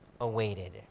awaited